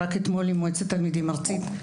רק אתמול עם מועצת תלמידים ארצית,